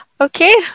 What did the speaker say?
okay